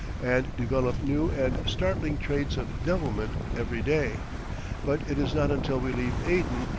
and develop new and startling traits of devilment every day but it is not until we leave aden,